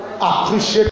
appreciate